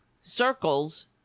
circles